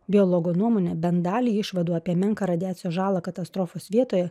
biologo nuomone bent dalį išvadų apie menką radiacijos žalą katastrofos vietoje